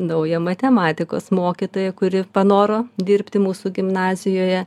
naują matematikos mokytoją kuri panoro dirbti mūsų gimnazijoje